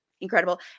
incredible